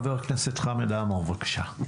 חבר הכנסת חמד עמאר, בבקשה.